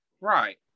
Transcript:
Right